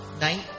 night